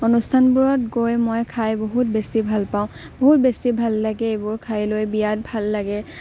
অনুষ্ঠানবোৰত গৈ মই খাই বহুত বেছি ভাল পাওঁ বহুত বেছি ভাল লাগে এইবোৰ খাইলৈ বিয়াত ভাল লাগে